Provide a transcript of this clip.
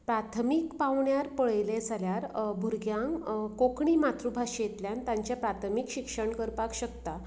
प्राथमीक पांवड्यार पळयलें जाल्यार भुरग्यांक कोंकणी मातृभाशेंतल्यान तांचें प्राथमीक शिक्षण करपाक शकता